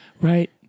Right